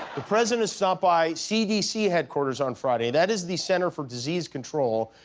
the president stopped by cdc headquarters on friday. that is the center for disease control.